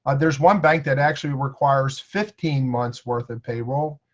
and there's one bank that actually requires fifteen months worth of payroll,